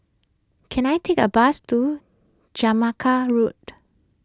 can I take a bus to Jamaica Road